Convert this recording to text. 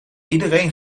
iedereen